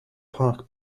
park